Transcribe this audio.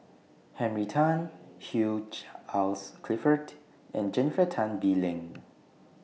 Henry Tan Hugh Charles Clifford and Jennifer Tan Bee Leng